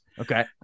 Okay